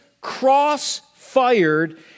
cross-fired